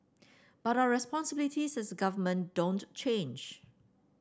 but our responsibilities as government don't change